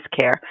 care